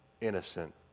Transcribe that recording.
innocent